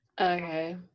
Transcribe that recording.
Okay